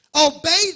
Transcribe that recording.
Obey